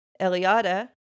Eliada